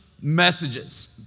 messages